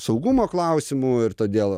saugumo klausimu ir todėl